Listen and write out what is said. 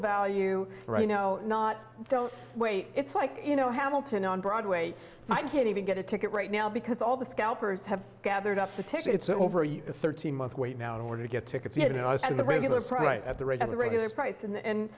value right now not don't wait it's like you know how milton on broadway i can't even get a ticket right now because all the scalpers have gathered up the tickets over a thirteen month wait now in order to get tickets you know it's the regular price at the rate of the regular price and